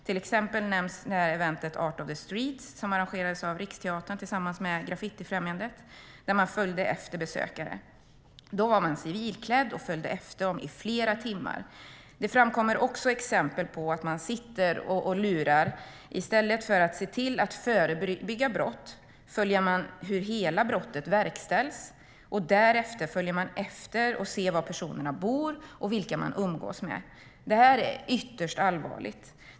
Till exempel nämns eventet Art of the Streets, som arrangerades av Riksteatern tillsammans med Graffitifrämjandet, där besökare följdes efter. Man var civilklädd och följde efter besökarna i flera timmar. Det framkommer också exempel på att man sitter och lurar. I stället för att se till att förebygga brott följer man hur hela brottet verkställs, och därefter följer man efter för att se var personerna bor och vilka de umgås med. Det här är ytterst allvarligt.